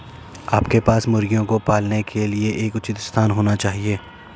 आपके पास मुर्गियों को पालने के लिए एक उचित स्थान होना चाहिए